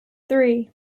three